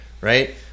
Right